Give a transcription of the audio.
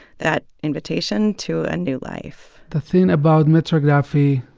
that invitation to a new life the thing about metrography